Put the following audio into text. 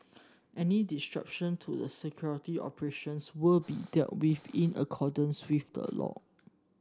any disruption to the security operations will be dealt with in accordance with the law